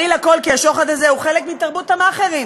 ברי לכול כי השוחד הזה הוא חלק מתרבות המאכערים,